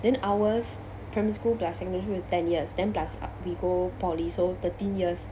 then ours primary school plus secondary school is ten years then plus ah we go poly so thirteen years